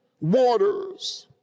waters